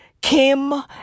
Kim